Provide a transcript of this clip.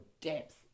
depth